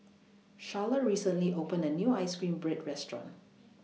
Charla recently opened A New Ice Cream Bread Restaurant